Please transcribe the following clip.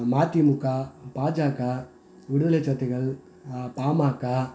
மதிமுக BJP Viduthalai Chiruthaigal PMK